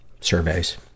surveys